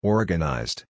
Organized